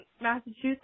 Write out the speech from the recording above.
Massachusetts